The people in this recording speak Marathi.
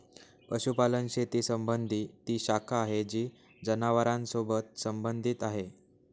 पशुपालन शेती संबंधी ती शाखा आहे जी जनावरांसोबत संबंधित आहे